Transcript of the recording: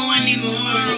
anymore